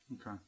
Okay